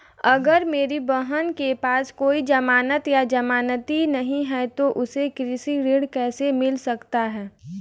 अगर मेरी बहन के पास कोई जमानत या जमानती नहीं है तो उसे कृषि ऋण कैसे मिल सकता है?